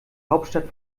hauptstadt